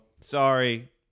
sorry